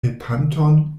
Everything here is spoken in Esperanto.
helpanton